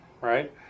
right